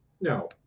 No